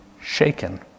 shaken